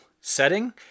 setting